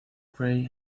gray